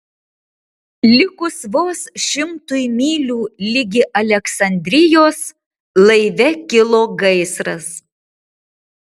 likus vos šimtui mylių ligi aleksandrijos laive kilo gaisras